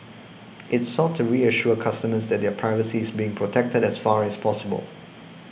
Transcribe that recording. it's sought to reassure customers that their privacy is being protected as far as possible